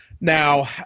Now